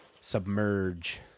Submerge